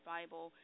Bible